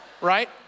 right